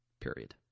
Period